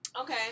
Okay